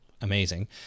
amazing